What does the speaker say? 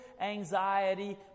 anxiety